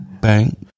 Bank